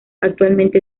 actualmente